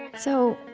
so,